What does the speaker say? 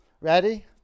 Ready